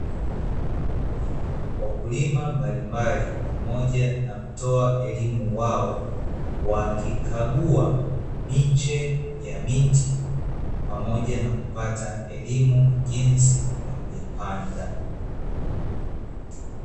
Wakulima mbali mbali, pamoja na kutoa elimu wao, wakikagua miche ya miti pamoja na kupata elimu jinsi ya kuipanda.